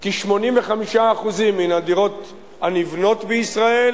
כ-85% מהדירות הנבנות בישראל